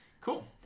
Cool